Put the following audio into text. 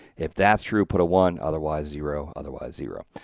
if that's true, put a one otherwise zero, otherwise zero.